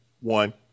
one